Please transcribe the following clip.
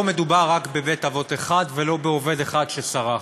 מדובר רק בבית-אבות אחד ולא בעובד אחד שסרח,